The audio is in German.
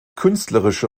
künstlerische